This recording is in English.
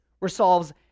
resolves